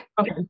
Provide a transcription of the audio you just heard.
okay